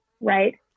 right